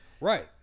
right